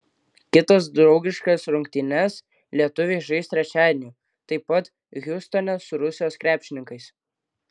kitas draugiškas rungtynes lietuviai žais trečiadienį taip pat hjustone su rusijos krepšininkais